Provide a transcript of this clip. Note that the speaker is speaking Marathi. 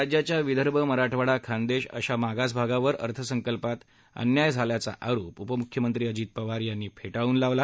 राज्यात विदर्भ मराठवाडा खानदेश आशा मागास भागात अर्थसंकल्पात अन्याय झाल्याचा आरोप उपमुख्यमंत्री अजित पवार यांनी फेटाळून लावला